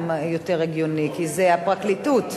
זה יותר הגיוני, כי זה הפרקליטות.